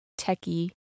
techie